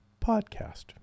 podcast